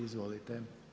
Izvolite.